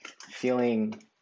feeling